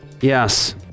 Yes